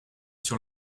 sur